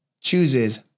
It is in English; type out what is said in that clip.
chooses